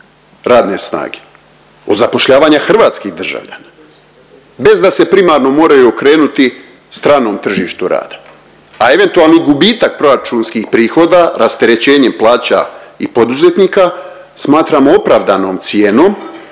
radne snage, od zapošljavanja hrvatskih državljana bez da se primarno moraju okrenuti stranom tržištu rada, a eventualni gubitak proračunskih prihoda rasterećenjem plaća i poduzetnika smatramo opravdanom cijenom